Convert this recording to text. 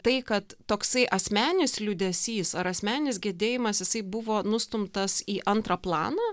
tai kad toksai asmenis liūdesys ar asmenis gedėjimas jisai buvo nustumtas į antrą planą